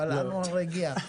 אבל אנואר הגיע.